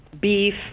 beef